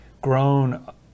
grown